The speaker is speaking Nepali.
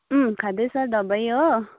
खाँदैछ दबाई हो